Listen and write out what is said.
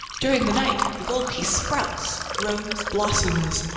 during the night, the gold piece sprouts, grows, blossoms,